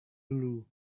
dulu